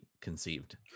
conceived